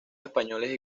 españoles